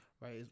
Right